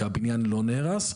כי הבניין לא נהרס,